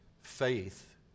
Faith